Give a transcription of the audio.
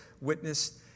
witnessed